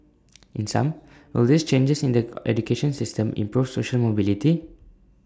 in sum will these changes in the education system improve social mobility